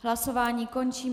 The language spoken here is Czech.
Hlasování končím.